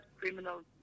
criminals